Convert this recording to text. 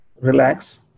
relax